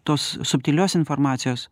tos subtilios informacijos